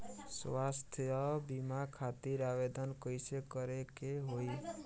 स्वास्थ्य बीमा खातिर आवेदन कइसे करे के होई?